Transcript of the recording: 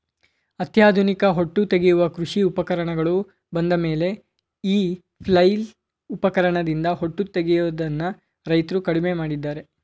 ಅತ್ಯಾಧುನಿಕ ಹೊಟ್ಟು ತೆಗೆಯುವ ಕೃಷಿ ಉಪಕರಣಗಳು ಬಂದಮೇಲೆ ಈ ಫ್ಲೈಲ್ ಉಪಕರಣದಿಂದ ಹೊಟ್ಟು ತೆಗೆಯದನ್ನು ರೈತ್ರು ಕಡಿಮೆ ಮಾಡಿದ್ದಾರೆ